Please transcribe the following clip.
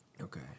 Okay